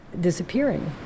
disappearing